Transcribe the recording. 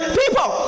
people